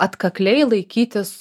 atkakliai laikytis